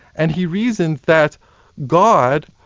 and he reasoned that god.